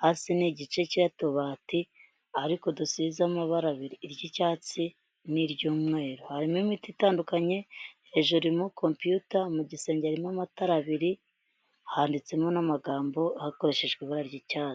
hasi n' igice cy'utubati ariko dusize amabara abiri; iry'icyatsi n'iry'umweru. Harimo imiti itandukanye hejuru irimo kompiyuta mu gisenge harimo amatara abiri, handitsemo n'amagambo hakoreshejwe ibara ry'icyatsi.